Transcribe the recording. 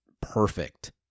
perfect